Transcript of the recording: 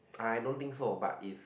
I don't think so but if